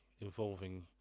involving